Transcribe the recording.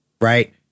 right